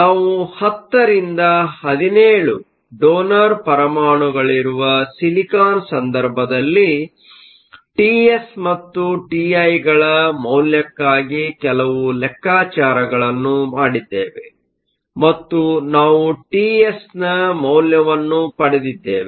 ನಾವು 10 ರಿಂದ 17 ಡೋನರ್ ಪರಮಾಣುಗಳಿರುವ ಸಿಲಿಕಾನ್ ಸಂದರ್ಭದಲ್ಲಿ ಟಿಎಸ್ ಮತ್ತು ಟಿಐಗಳ ಮೌಲ್ಯಕ್ಕಾಗಿ ಕೆಲವು ಲೆಕ್ಕಾಚಾರಗಳನ್ನು ಮಾಡಿದ್ದೇವೆ ಮತ್ತು ನಾವು ಟಿಎಸ್ ನ ಮೌಲ್ಯವನ್ನು ಪಡೆದಿದ್ದೇವೆ